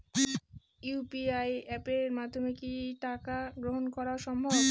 UPI অ্যাপের মাধ্যমে কি টাকা গ্রহণ করাও সম্ভব?